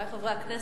חברי חברי הכנסת,